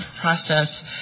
Process